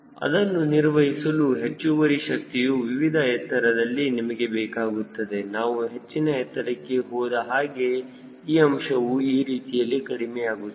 ಅದನ್ನು ನಿರ್ವಹಿಸಲು ಹೆಚ್ಚುವರಿ ಶಕ್ತಿಯು ವಿವಿಧ ಎತ್ತರದಲ್ಲಿ ನಿಮಗೆ ಬೇಕಾಗುತ್ತದೆ ನಾವು ಹೆಚ್ಚಿನ ಎತ್ತರಕ್ಕೆ ಹೋದಹಾಗೆ ಈ ಅಂಶವು ಈ ರೀತಿಯಲ್ಲಿ ಕಡಿಮೆಯಾಗುತ್ತದೆ